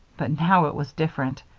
but now it was different.